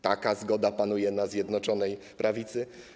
Taka zgoda panuje wśród Zjednoczonej Prawicy.